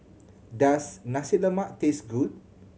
does Nasi Lemak taste good